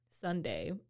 Sunday